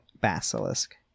basilisk